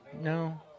No